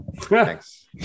thanks